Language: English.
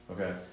Okay